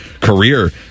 career